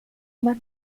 uma